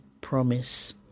promise